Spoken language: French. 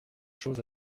choses